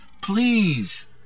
Please